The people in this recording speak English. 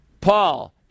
Paul